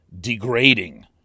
Degrading